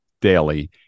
daily